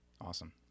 Awesome